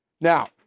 Now